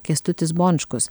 kęstutis bončkus